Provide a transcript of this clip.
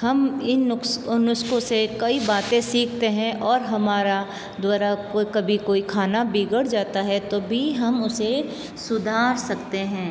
हम इन नुक्स नुस्ख़ों से कई बातें सीखते हैं और हमारे द्वारा कोई कभी कोई खाना बिगड़ जाता है तो भी हम उसे सुधार सकते हैं